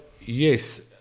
Yes